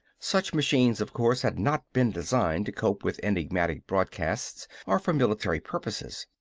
such machines, of course, had not been designed to cope with enigmatic broadcasts or for military purposes.